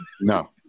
No